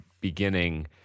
beginning